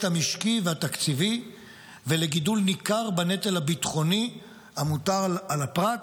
המשקי והתקציבי ולגידול ניכר בנטל הביטחוני המוטל על הפרט,